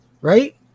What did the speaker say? right